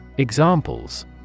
Examples